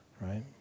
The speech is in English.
right